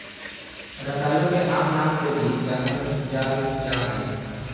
रतालू के आम नाम से भी जानल जाल जा हइ